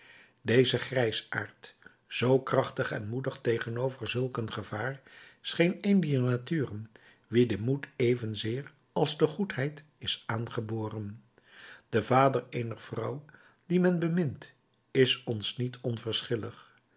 deze grijsaard zoo krachtig en moedig tegenover zulk een gevaar scheen een dier naturen wie de moed evenzeer als de goedheid is aangeboren de vader eener vrouw die men bemint is ons niet